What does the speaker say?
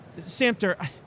Samter